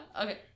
okay